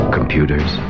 Computers